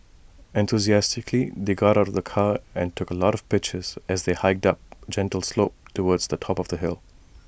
enthusiastically they got out of the car and took A lot of pictures as they hiked up A gentle slope towards the top of the hill